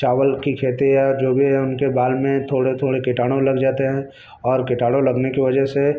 चावल की खेती या जो भी है उनके बाल में थोड़े थोड़े कीटाणु लग जाते हैं और कीटाणु लगने की वजह से